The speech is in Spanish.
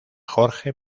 jorge